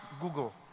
Google